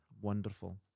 Wonderful